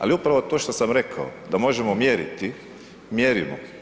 Ali upravo to što sam rekao da možemo mjeriti, mjerimo.